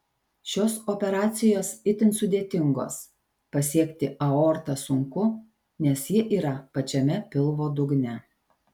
šios operacijos itin sudėtingos pasiekti aortą sunku nes ji yra pačiame pilvo dugne